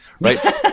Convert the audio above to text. right